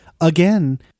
again